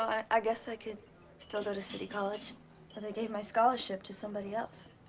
i guess i could still go to city college. but they gave my scholarship to somebody else.